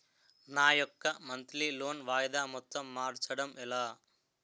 నా యెక్క monthly loan వాయిదా మొత్తం మార్చడం ఎలా?